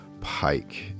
pike